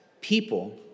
people